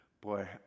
Boy